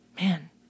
man